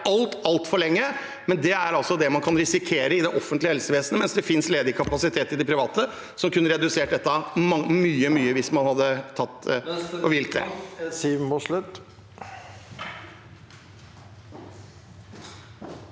altfor lenge. Men det er altså det man kan risikere i det offentlige helsevesenet, mens det finnes ledig kapasitet i det private som kunne redusert dette mye hvis man hadde tatt … (presidenten